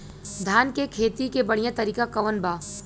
धान के खेती के बढ़ियां तरीका कवन बा?